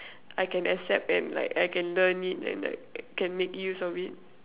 I can accept and like I can learn it and like can make use of it